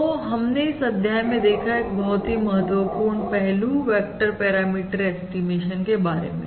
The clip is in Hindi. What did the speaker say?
तो हमने इस अध्याय में देखा एक बहुत ही महत्वपूर्ण पहलू वेक्टर पैरामीटर ऐस्टीमेशन के बारे में